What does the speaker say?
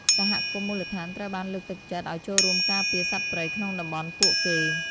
សហគមន៍មូលដ្ឋានត្រូវបានលើកទឹកចិត្តឱ្យចូលរួមការពារសត្វព្រៃក្នុងតំបន់ពួកគេ។